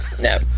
No